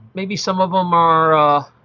maybe some of them are ah